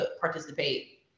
participate